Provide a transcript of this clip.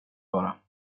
bara